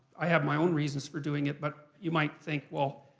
i have my own reasons for doing it, but you might think, well,